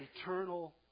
Eternal